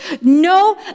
no